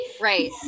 Right